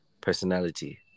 personality